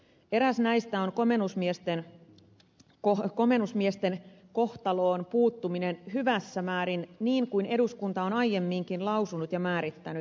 eräs näistä on komennusmiesten kohtaloon puuttuminen hyvässä määrin niin kuin eduskunta on aiemminkin lausunut ja määrittänyt